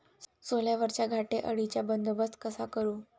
सोल्यावरच्या घाटे अळीचा बंदोबस्त कसा करू?